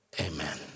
Amen